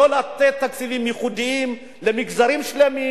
לא לתת תקציבים ייחודיים למגזרים שלמים.